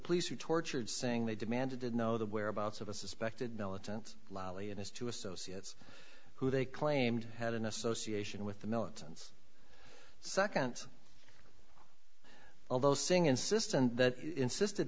are tortured saying they demanded to know the whereabouts of a suspected militant lollie and his two associates who they claimed had an association with the militants second although saying insistent that insisted